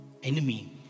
enemy